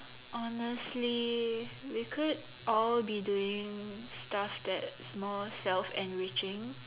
honestly we could all be doing stuff that more self enriching